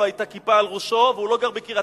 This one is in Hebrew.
לא היתה כיפה על ראשו והוא לא גר בקריית-ארבע,